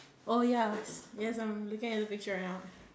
oh yes yes I'm looking at the picture right now